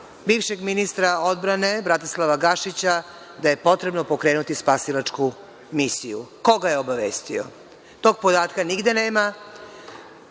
bivšeg ministra odbrane Bratislava Gašića da je potrebno pokrenuti spasilačku misiju. Ko ga je obavestio? Tog podatka nigde nema.